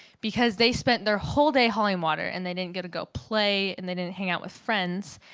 because they spent their whole day hauling water and they didn't get to go play and they didn't hang out with friends.